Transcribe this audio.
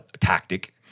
tactic